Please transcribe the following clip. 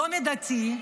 לא מידתי,